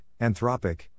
Anthropic